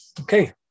Okay